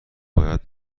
باید